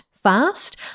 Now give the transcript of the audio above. fast